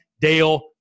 Dale